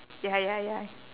ya ya ya